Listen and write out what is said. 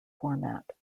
format